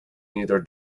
either